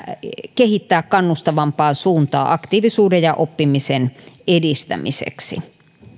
kehittää kannustavampaan suuntaan aktiivisuuden ja oppimisen edistämiseksi